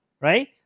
right